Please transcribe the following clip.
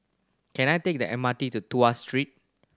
can I take the M R T to Tuas Street